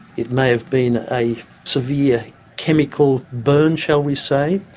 it may have been a severe chemical burn, shall we say,